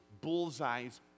bullseyes